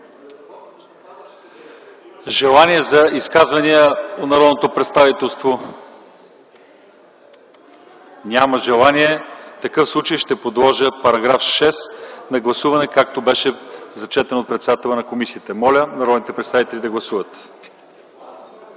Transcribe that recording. Желание за изказвания от народното представителство? Няма. В такъв случай ще подложа на гласуване § 6, както беше прочетен от председателя на комисията. Моля народните представители да гласуват.